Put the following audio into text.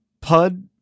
PUD